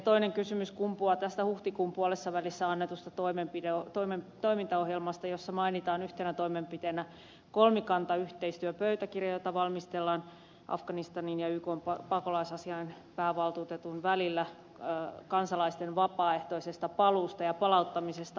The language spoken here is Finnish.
toinen kysymys kumpuaa tästä huhtikuun puolivälissä annetusta toimintaohjelmasta jossa mainitaan yhtenä toimenpiteenä kolmikantayhteistyöpöytäkirja jota valmistellaan afganistanin ja ykn pakolaisasiain päävaltuutetun välillä kansalaisten vapaaehtoisesta paluusta ja palauttamisesta afganistaniin